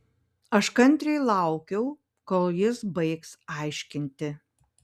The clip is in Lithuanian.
aš kantriai laukiau kol jis baigs aiškinti